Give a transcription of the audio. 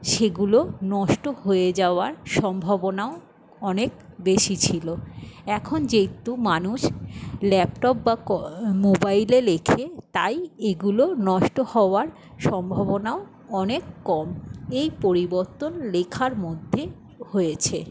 সেগুলো নষ্ট হয়ে যাওয়ার সম্ভাবনাও অনেক বেশি ছিল এখন যেহেতু মানুষ ল্যাপটপ বা ক মোবাইলে লেখে তাই এগুলো নষ্ট হওয়ার সম্ভাবনাও অনেক কম এই পরিবর্তন লেখার মধ্যে হয়েছে